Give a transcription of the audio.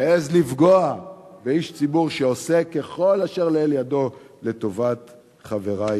מעז לפגוע באיש ציבור שעושה ככל אשר לאל ידו לטובת חברי,